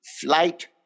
flight